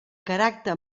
caràcter